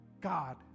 God